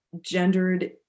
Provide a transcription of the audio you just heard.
gendered